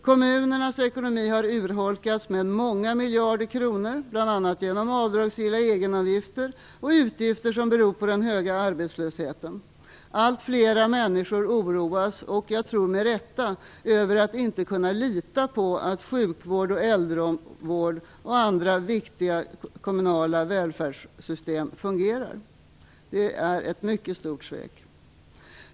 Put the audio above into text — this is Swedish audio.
Kommunernas ekonomi har urholkats med många miljarder kronor, bl.a. genom avdragsgilla egenavgifter och utgifter som beror på den höga arbetslösheten. Allt fler människor oroas, och jag tror med rätta, över att inte kunna lita på att sjukvård, äldrevård och andra viktiga kommunala välfärdssystem fungerar. Det är ett mycket stort svek.